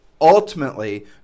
ultimately